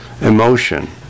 emotion